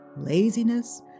Laziness